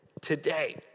today